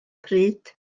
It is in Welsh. pryd